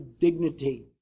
dignity